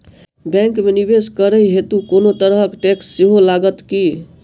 Bank मे निवेश करै हेतु कोनो तरहक टैक्स सेहो लागत की?